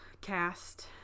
cast